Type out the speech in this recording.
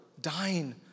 dying